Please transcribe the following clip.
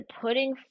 putting